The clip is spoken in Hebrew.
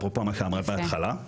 אפרופו מה שאמרה בהתחלה.